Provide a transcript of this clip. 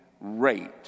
rate